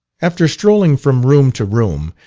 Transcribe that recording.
after strolling from room to room,